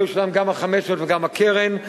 לא ישולמו גם ה-500 וגם הקרן.